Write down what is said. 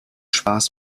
spaß